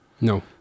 No